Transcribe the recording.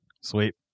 sweet